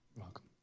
Welcome